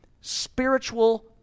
spiritual